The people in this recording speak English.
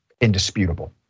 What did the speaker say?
indisputable